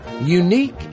Unique